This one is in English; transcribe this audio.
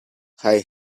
hey